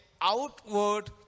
outward